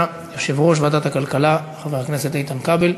יושב-ראש ועדת הכלכלה חבר הכנסת איתן כבל,